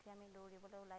উঠি আমি দৌৰিবলৈ উলাই যাওঁ